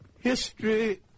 History